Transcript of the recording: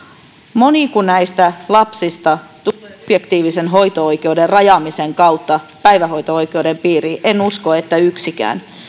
moniko näistä lapsista tulee subjektiivisen hoito oikeuden rajaamisen kautta päivähoito oikeuden piiriin en usko että yksikään